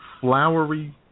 flowery